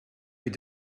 been